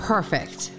Perfect